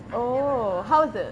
oh how is it